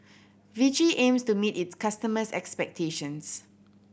Vichy aims to meet its customers' expectations